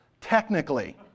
technically